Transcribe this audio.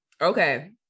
Okay